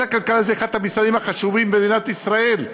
משרד הכלכלה הוא אחד המשרדים החשובים במדינת ישראל,